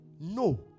No